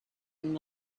and